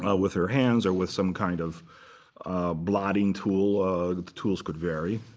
ah with her hands or with some kind of blotting tool, but the tools could vary.